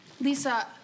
Lisa